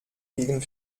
gegen